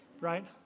right